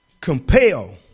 compel